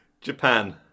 Japan